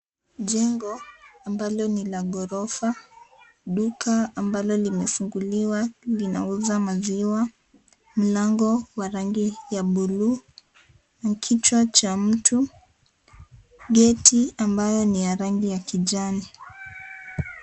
Jengo ambalo ni la ghorofa. Duka ambalo limefunguliwa linauza maziwa. Mlango wa rangi ya buluu. Kichwa cha mtu. Geti ambayo ni ya rangi ya kijani.